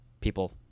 people